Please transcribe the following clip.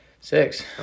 Six